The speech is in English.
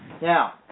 Now